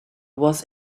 was